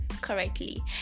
correctly